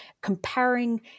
comparing